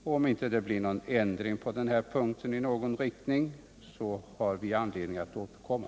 Om det inte blir någon ändring av dessa förhållanden har vi anledning att återkomma.